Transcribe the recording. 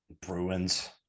Bruins